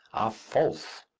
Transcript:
are false.